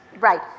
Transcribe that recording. Right